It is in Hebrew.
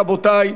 רבותי,